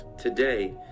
Today